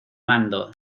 mando